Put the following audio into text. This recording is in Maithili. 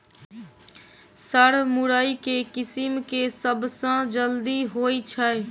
सर मुरई केँ किसिम केँ सबसँ जल्दी होइ छै?